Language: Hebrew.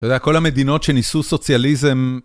אתה יודע, כל המדינות שניסו סוציאליזם...